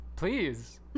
Please